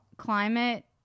Climate